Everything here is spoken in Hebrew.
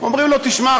אומרים לו: תשמע,